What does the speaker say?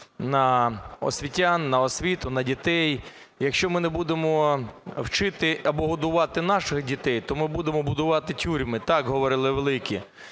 на освітян, на освіту, на дітей. "Якщо ми не будемо вчити або годувати наших дітей, то ми будемо будувати тюрми", - так говорили великі.